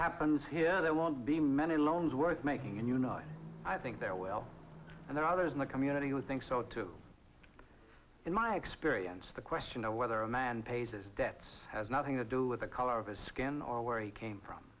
happens here there won't be many loans worth making and you know i think there well and there are others in the community who think so too in my experience the question of whether a man pays his debts has nothing to do with the color of his skin or where he came from